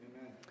Amen